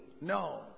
No